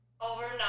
overnight